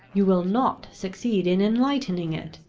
you will not succeed in enlightening it.